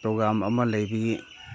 programme ꯑꯃ ꯂꯩꯕꯒꯤ